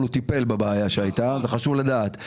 הוא טיפל בבעיה שהייתה וחשוב לדעת.